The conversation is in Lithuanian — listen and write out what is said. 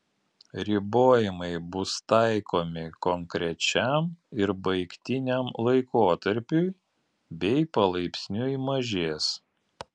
ribojimai bus taikomi konkrečiam ir baigtiniam laikotarpiui bei palaipsniui mažės